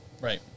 Right